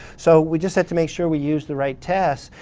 so we just have to make sure we use the right test.